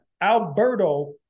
Alberto